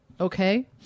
okay